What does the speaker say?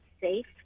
safe